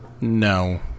No